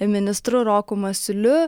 ministru roku masiuliu